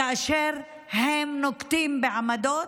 כאשר הם נוקטים עמדות